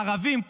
ערבים,